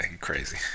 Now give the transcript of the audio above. Crazy